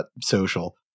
Social